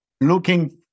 looking